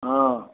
অ